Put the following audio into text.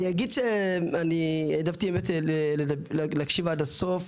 אני אגיד שאני העדפתי באמת להקשיב עד הסוף.